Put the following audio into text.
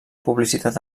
publicitat